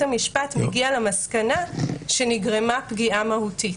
המשפט מגיע למסקנה שנגרמה פגיעה מהותית.